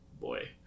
Boy